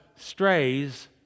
strays